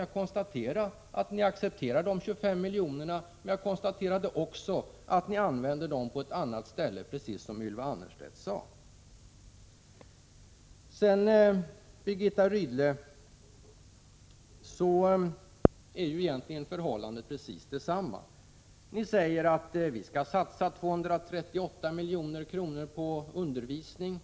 Jag konstaterade att ni accepterar de 25 miljonerna, men jag konstaterade också att ni använder dem på ett annat ställe, precis som Ylva Annerstedt sade. Med Birgitta Rydle är förhållandet egentligen precis detsamma. Ni säger: Vi skall satsa 238 milj.kr. på undervisning.